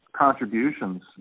contributions